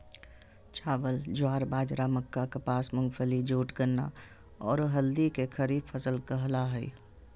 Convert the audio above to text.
चावल, ज्वार, बाजरा, मक्का, कपास, मूंगफली, जूट, गन्ना, औरो हल्दी के खरीफ फसल कहला हइ